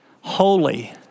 holy